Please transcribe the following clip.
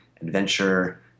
adventure